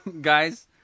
guys